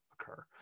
occur